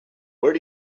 where